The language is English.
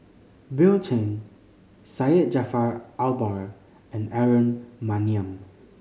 Bill Chen Syed Jaafar Albar and Aaron Maniam